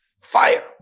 fire